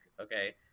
okay